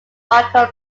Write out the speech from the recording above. michael